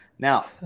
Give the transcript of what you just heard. Now